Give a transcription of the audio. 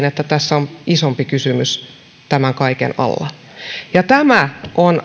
että tässä on isompi kysymys tämän kaiken alla tämä on